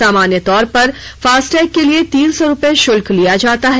सामान्य तौर पर फास्टैग के लिए तीन सौ रुपए शुल्क लिया जाता है